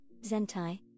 Zentai